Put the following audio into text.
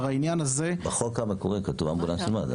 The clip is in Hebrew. בחוק המקורי כתוב אמבולנס ומד"א,